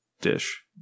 dish